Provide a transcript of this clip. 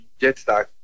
Jetstar